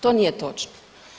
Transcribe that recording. To nije točno.